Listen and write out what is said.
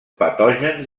patògens